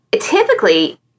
typically